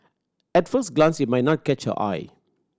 at first glance it might not catch your eye